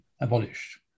abolished